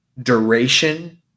duration